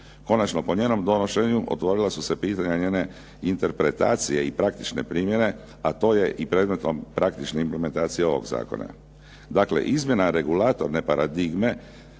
Konačno po njenom donošenju otvorila su se pitanja njene interpretacije i praktične primjene, a to je i predmetom praktične implementacije ovog zakona. Dakle, izmjena regulatorne paradigme